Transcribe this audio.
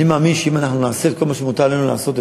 אני מאמין שאם נעשה את כל מה שמוטל עלינו לעשות,